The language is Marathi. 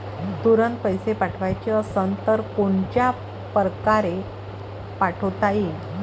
तुरंत पैसे पाठवाचे असन तर कोनच्या परकारे पाठोता येईन?